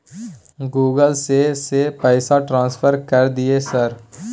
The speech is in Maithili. गूगल से से पैसा ट्रांसफर कर दिय सर?